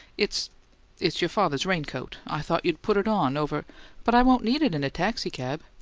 it's it's your father's raincoat. i thought you'd put it on over but i won't need it in a taxicab.